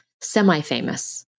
semi-famous